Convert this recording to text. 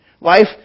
Life